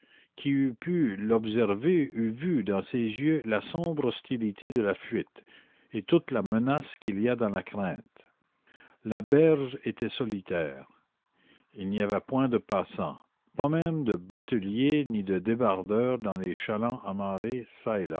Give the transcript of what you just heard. qui eût pu l'observer eût vu dans ses yeux la sombre hostilité de la fuite et toute la menace qu'il y a dans la crainte la berge était solitaire il n'y avait point de passant pas même de batelier ni de débardeur dans les chalands amarrés çà